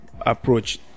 approach